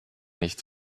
nicht